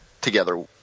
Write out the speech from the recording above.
together